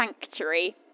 sanctuary